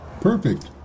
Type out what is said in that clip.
Perfect